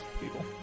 people